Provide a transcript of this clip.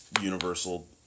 Universal